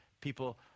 people